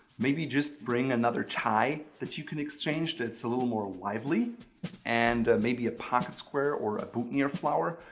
maybe just bring another tie that you can exchange that's a little more lively and maybe a pocket square or a boutonniere flower.